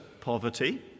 poverty